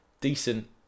decent